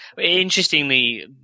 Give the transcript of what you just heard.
interestingly